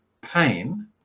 pain